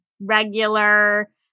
regular